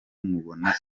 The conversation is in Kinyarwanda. mbona